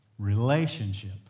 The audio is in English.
Relationship